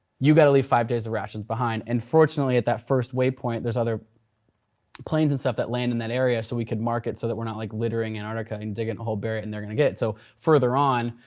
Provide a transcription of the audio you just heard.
you gotta leave five days of rations behind and fortunately at that first waypoint, there's other planes and stuff that land in that area, so we could mark it so that we're not like littering antarctica and digging a hole, bury it and they're gonna get it. so further on,